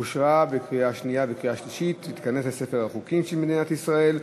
אושרה בקריאה שנייה ובקריאה שלישית ותיכנס לספר החוקים של מדינת ישראל.